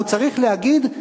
והוא צריך להגיד: